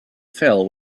fell